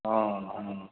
हॅं हॅं